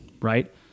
right